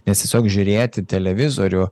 nes tiesiog žiūrėti televizorių